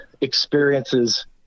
experiences